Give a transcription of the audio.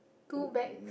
two bag